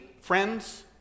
friends